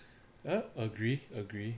ya agree agree